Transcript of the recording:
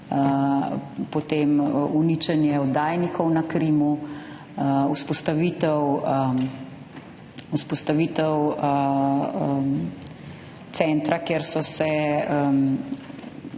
potem uničenje oddajnikov na Krimu, vzpostavitev centra, kjer so se,